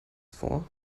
vor